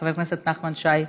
חבר הכנסת נחמן שי,